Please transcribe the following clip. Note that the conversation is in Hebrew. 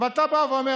אבל אתה בא ואומר: